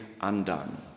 undone